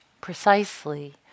precisely